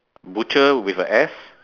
butcher with a S